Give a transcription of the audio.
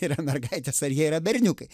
yra mergaitės ar jie yra berniukai